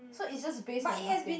so it's just based on nothing